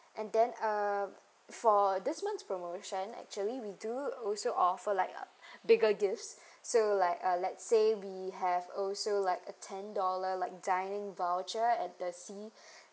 and then uh for this month promotion actually we do also offer like uh bigger deals so like uh let's say we have also like a ten dollar like dining voucher at the sea